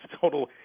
total